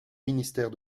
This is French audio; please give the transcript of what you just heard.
ministère